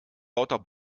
lauter